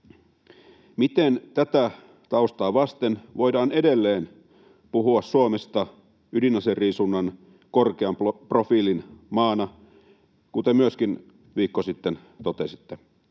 Miten tätä taustaa vasten voidaan edelleen puhua Suomesta ydinaseriisunnan korkean profiilin maana, kuten myöskin viikko sitten totesitte?